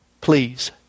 please